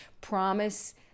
promise